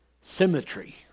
symmetry